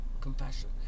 compassion